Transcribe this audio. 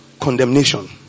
Condemnation